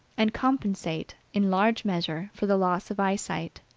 and compensate, in large measure, for the loss of eyesight.